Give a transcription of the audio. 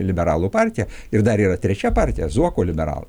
liberalų partija ir dar yra trečia partija zuoko liberalai